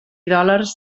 dòlars